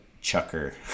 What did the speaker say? chucker